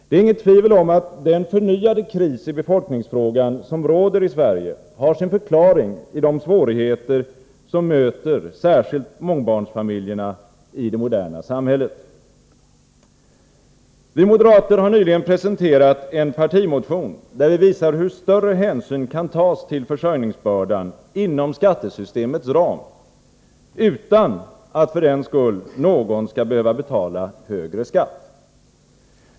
Det är inget tvivel om att den förnyade kris i befolkningsfrågan som råder i Sverige har sin förklaring i de svårigheter som möter särskilt mångbarnsfamiljerna i det moderna samhället. Vi moderater har nyligen presenterat en partimotion, där vi visar hur större hänsyn kan tas till försörjningsbördan inom skattesystemets ram utan att för den skull någon skall behöva betala högre skatt.